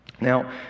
Now